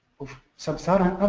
of sub-saharan